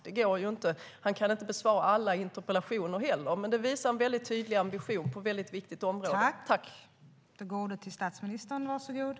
Han kan heller inte besvara alla interpellationer, men han visar en väldigt tydlig ambition på ett väldigt viktigt område.